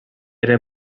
era